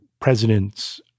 presidents